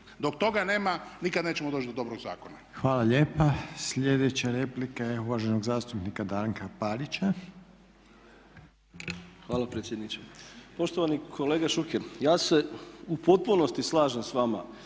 Dok toga nema nikad nećemo doći do dobrog zakona. **Reiner, Željko (HDZ)** Hvala lijepa. Sljedeća replika je uvaženog zastupnika Darka Parića. **Parić, Darko (SDP)** Hvala predsjedniče. Poštovani kolega Šuker ja se u potpunosti slažem s vama